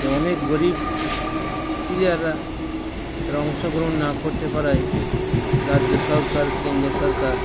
তাই অনেক গরিব প্লেয়াররা তারা অংশগ্রহণ না করতে পারায় রাজ্য সরকার কেন্দ্র সরকার